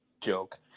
joke